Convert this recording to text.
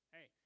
Hey